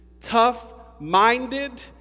tough-minded